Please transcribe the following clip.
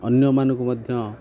ଅନ୍ୟମାନଙ୍କୁ ମଧ୍ୟ